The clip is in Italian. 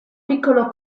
piccolo